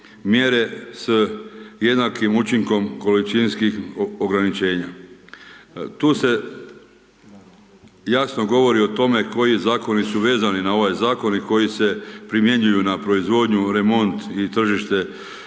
mjere s jednakim učinkom količinskih ograničenja. Tu se jasno govori o tome, koji zakoni su vezani na ovaj zakon koji se primjenjuje na proizvodnju, remont i tržište